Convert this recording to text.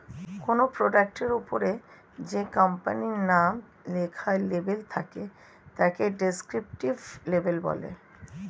কোনো প্রোডাক্টের ওপরে যে কোম্পানির নাম লেখা লেবেল থাকে তাকে ডেসক্রিপটিভ লেবেল বলে